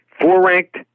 four-ranked